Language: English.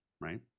right